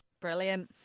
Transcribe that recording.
Brilliant